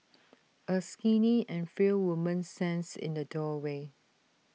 A skinny and frail woman stands in the doorway